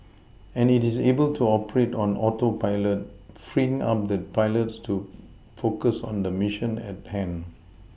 and it is able to operate on Autopilot freeing up the pilots to focus on the Mission at hand